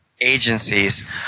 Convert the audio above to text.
agencies